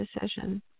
decision